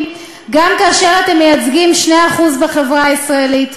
גם כאשר אתם מייצגים 2% בחברה הישראלית,